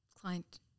client